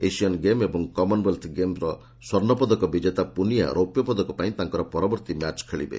Asian game ଏବଂ commonwealth ଗେମ୍ର ସ୍ୱର୍ଶ୍ଣପଦକ ବିଜେତା ପୁନିଆ ରୌପ୍ୟ ପଦକ ପାଇଁ ତାଙ୍କର ପରବର୍ତ୍ତୀ ମ୍ୟାଚ୍ ଖେଳିବେ